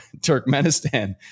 Turkmenistan